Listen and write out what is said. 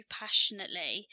passionately